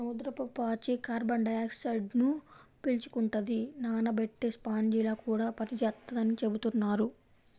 సముద్రపు పాచి కార్బన్ డయాక్సైడ్ను పీల్చుకుంటది, నానబెట్టే స్పాంజిలా కూడా పనిచేత్తదని చెబుతున్నారు